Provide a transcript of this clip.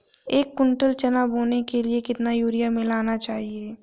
एक कुंटल चना बोने के लिए कितना यूरिया मिलाना चाहिये?